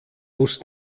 muss